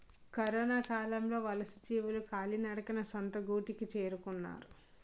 కరొనకాలంలో వలసజీవులు కాలినడకన సొంత గూటికి చేరుకున్నారు